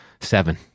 Seven